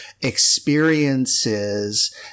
experiences